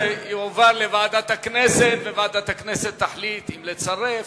תועבר לוועדת הכנסת, וועדת הכנסת תחליט אם לצרף,